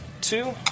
Two